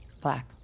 Black